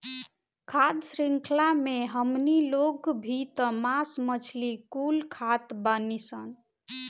खाद्य शृंख्ला मे हमनी लोग भी त मास मछली कुल खात बानीसन